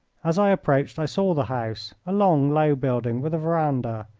as i approached i saw the house, a long, low building with a veranda.